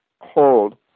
hold